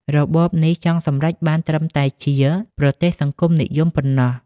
របបនេះចង់សម្រេចបានត្រឹមតែជា "ប្រទេសសង្គមនិយម" ប៉ុណ្ណោះ។